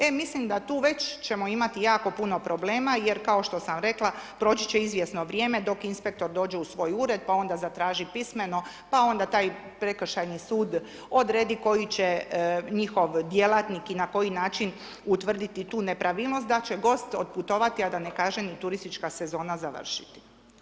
E mislim da tu već ćemo imati jako puno problema jer kao što sam rekla, proći će izvjesno vrijeme dok inspektor dođe u svoj ured, pa onda zatraži pismeno pa onda taj prekršajni sud odredi koji će njihov djelatnik i na koji način utvrditi tu nepravilnost da će gost otputovati a da ne kažem i turistička sezona završiti.